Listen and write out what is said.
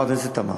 חברת הכנסת תמר,